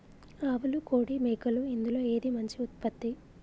ఆవులు కోడి మేకలు ఇందులో ఏది మంచి ఉత్పత్తి?